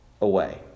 away